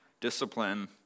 discipline